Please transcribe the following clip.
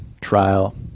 trial